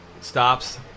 Stops